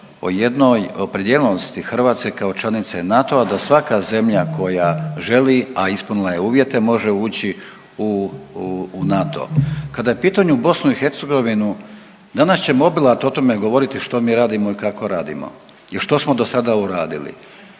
o jednoj opredijeljenosti Hrvatske kao članice NATO-a da svaka zemlja koja želi, a ispunila je uvjete može ući u, u NATO. Kada je u pitanju BiH danas ćemo obilato o tome govoriti što mi radimo i kako radimo i što smo dosada uradili.